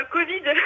Covid